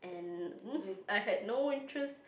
and I had no interest